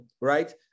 right